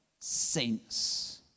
Saints